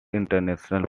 international